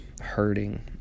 hurting